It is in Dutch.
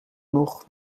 nog